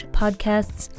podcasts